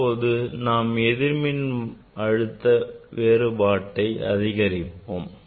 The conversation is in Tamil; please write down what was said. இப்போது நாம் எதிர் மின்னழுத்த வேறுபாட்டை அதிகரிப்போம்